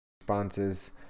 responses